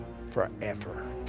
forever